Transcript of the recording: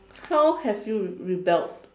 how have you re~ rebelled